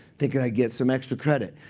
thinking i'd get some extra credit.